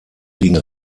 liegen